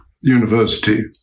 University